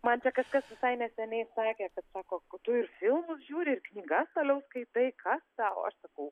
man čia kažkas visai neseniai sakė kad sako tu ir filmus žiūri ir knyga toliau skaitai kas tau aš sakau